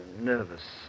Nervous